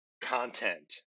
content